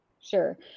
Sure